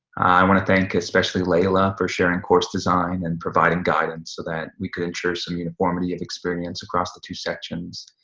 i want to thank especially leila, for sharing course design and providing guidance so that we could ensure some uniformity of experience across the two sections,